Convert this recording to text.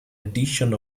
addition